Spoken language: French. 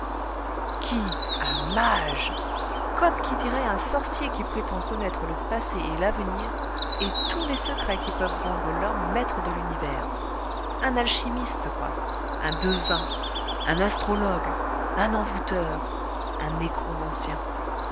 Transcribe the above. oui un mage comme qui dirait un sorcier qui prétend connaître le passé et l'avenir et tous les secrets qui peuvent rendre l'homme maître de l'univers un alchimiste quoi un devin un astrologue un envoûteur un